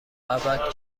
ابد